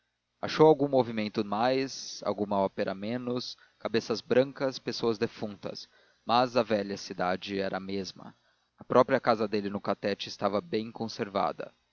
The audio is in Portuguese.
achou algum movimento mais alguma ópera menos cabeças brancas pessoas defuntas mas a velha cidade era a mesma a própria casa dele no catete estava bem conservada